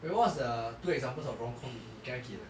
wait what was the two examples of rom com 你刚才给的